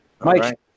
mike